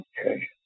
Okay